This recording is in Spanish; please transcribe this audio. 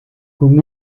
con